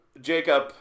Jacob